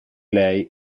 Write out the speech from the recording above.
lei